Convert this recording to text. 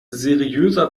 seriöser